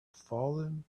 fallen